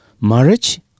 marriage